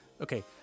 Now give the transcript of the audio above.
okay